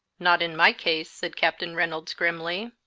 not in my case, said captain reynolds, grimly.